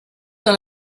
dans